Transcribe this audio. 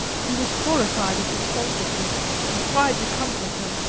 he was horrified at his thoughtlessness and tried to comfort her.